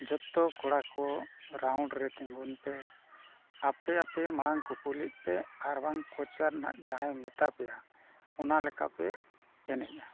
ᱡᱷᱚᱛᱚ ᱠᱚᱲᱟ ᱠᱚ ᱨᱟᱣᱩᱱᱰ ᱨᱮ ᱛᱤᱸᱜᱩᱱ ᱯᱮ ᱟᱯᱮ ᱟᱯᱮ ᱢᱟᱲᱟᱝ ᱠᱩᱯᱩᱞᱤᱜ ᱯᱮ ᱟᱨ ᱵᱟᱝ ᱠᱳᱪᱟᱨ ᱱᱟᱜ ᱡᱟᱦᱟᱸᱭ ᱢᱮᱛᱟ ᱯᱮᱭᱟ ᱚᱱᱟ ᱞᱮᱠᱟ ᱯᱮ ᱮᱱᱮᱡ ᱟ